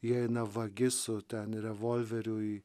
įeina vagis ten revolveriu į